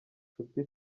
nshuti